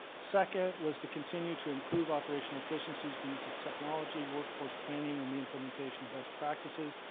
second was to continue to improve operational efficiencies, the use of technology, workforce planning, and the implementation of best practices.